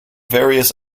various